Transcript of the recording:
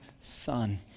son